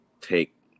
take